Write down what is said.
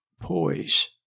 Poise